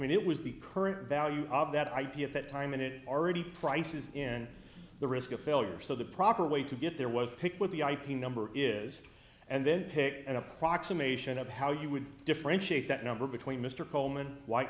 mean it was the current value of that ip at that time and it already price is in the risk of failure so the proper way to get there was pick with the ip number is and then pick an approximation of how you would differentiate that number between mr coleman white